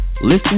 Listen